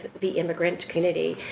the immigrant community.